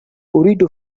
أريد